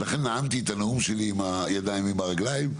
לכן נאמתני את הנאום שלי עם הידיים ועם הרגליים,